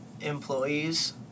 employees